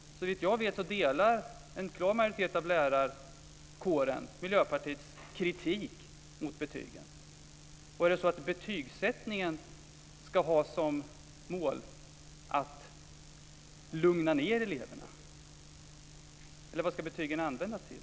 Såvitt jag vet delar en klar majoritet av lärarkåren Miljöpartiets kritik mot betygen. Ska betygsättningen ha som mål att lugna ned eleverna? Eller vad ska betygen användas till?